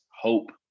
hope